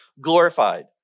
glorified